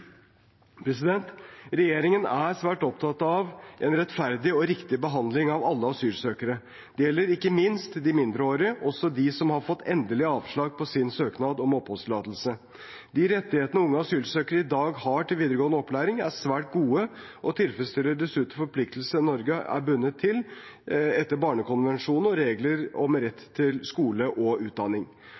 Regjeringen er svært opptatt av en rettferdig og riktig behandling av alle asylsøkere. Dette gjelder ikke minst de mindreårige, også de som har fått endelig avslag på sin søknad om oppholdstillatelse. De rettighetene unge asylsøkere i dag har til videregående opplæring, er svært gode og tilfredsstiller dessuten forpliktelsene Norge er bundet av etter barnekonvensjonens regler om rett til skole og utdanning.